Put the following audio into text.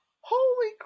holy